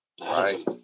Right